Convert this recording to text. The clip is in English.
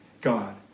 God